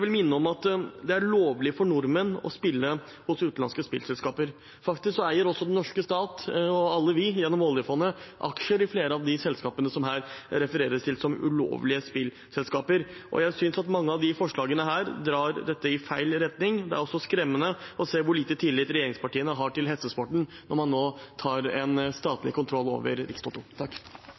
vil minne om at det er lovlig for nordmenn å spille hos utenlandske spillselskaper. Faktisk eier den norske stat og alle vi, gjennom oljefondet, aksjer i flere av de selskapene som det her refereres til som ulovlige spillselskaper. Jeg synes at mange av disse forslagene drar dette i feil retning. Det er også skremmende å se hvor liten tillit regjeringspartiene har til hestesporten når man nå tar statlig kontroll over Rikstoto.